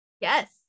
Yes